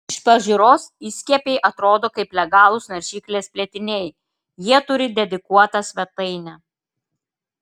iš pažiūros įskiepiai atrodo kaip legalūs naršyklės plėtiniai jie turi dedikuotą svetainę